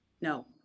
No